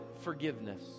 forgiveness